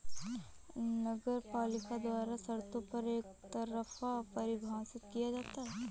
नगरपालिका द्वारा शर्तों को एकतरफा परिभाषित किया जाता है